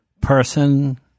person